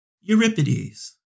Euripides